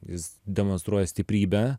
jis demonstruoja stiprybę